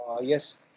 Yes